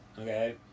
okay